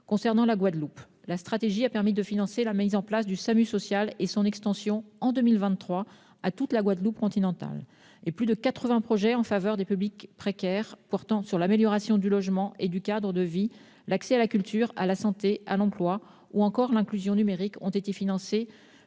Concernant la Guadeloupe, la stratégie pauvreté a permis de financer la mise en place du SAMU social et son extension, en 2023, à toute la Guadeloupe continentale. Plus de quatre-vingts projets en faveur des publics précaires destinés à l'amélioration du logement et du cadre de vie, à l'accès à la culture, à la santé et à l'emploi ou encore à l'inclusion numérique ont été financés